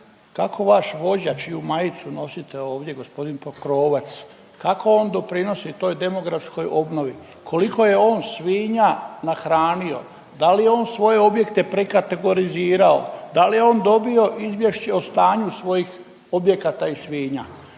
kako vaš vođa, čiju majicu nosite ovdje, g. Pokrovac, kako on doprinosi toj demografskoj obnovi? Koliko je on svinja nahranio? Da li je on svoje objekte prekategorizirao? Da li je on dobio izvješće o stanju svojih objekata i svinja?